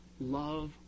Love